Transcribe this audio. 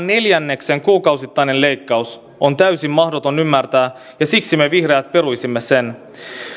neljänneksen kuukausittainen leikkaus on täysin mahdoton ymmärtää ja siksi me vihreät peruisimme sen